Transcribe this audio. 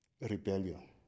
rebellion